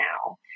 now